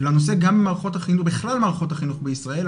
גם במערכות החינוך בכלל במערכות החינוך בישראל,